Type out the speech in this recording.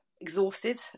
exhausted